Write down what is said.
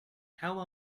how